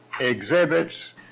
Exhibits